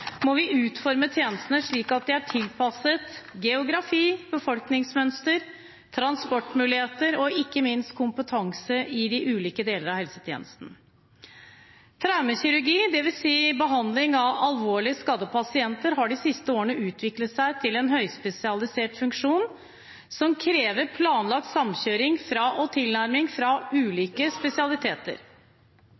må vi utforme tjenestene slik at de er tilpasset geografi, befolkningsmønster, transportmuligheter og ikke minst kompetanse i de ulike delene av helsetjenesten. Traumekirurgi, dvs. behandling av alvorlig skadde pasienter, har de siste årene utviklet seg til en høyspesialisert funksjon som krever planlagt samkjøring og tilnærming fra